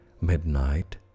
midnight